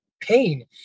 pain